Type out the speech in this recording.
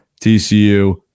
TCU